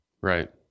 Right